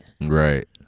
Right